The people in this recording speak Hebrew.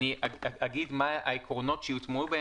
אגיד מה העקרונות שיוטמעו בהם,